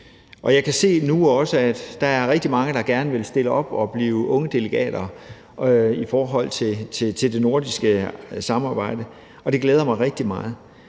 Jeg kan også se nu, at der er rigtig mange, der gerne vil stille op og blive ungdomsdelegater i forhold til det nordiske samarbejde, og det glæder mig rigtig meget.